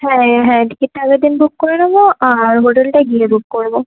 হ্যাঁ হ্যাঁ হ্যাঁ টিকিটটা আগের দিন বুক করে নেবো আর হোটেলটা গিয়ে বুক করবো